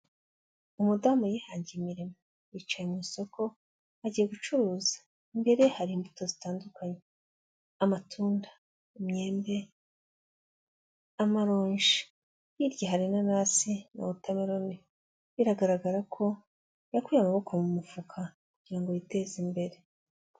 Umudamu yihangiye imirimo. Yicaye mu isoko agiye gucuruza. Imbere hari imbuto zitandukanye: amatunda, imyembe, amaronji. Hirya hari inanasi na watermeloon. Biragaragara ko yakuye amaboko mu mufuka kugira ngo yiteze imbere.